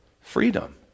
freedom